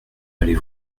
allez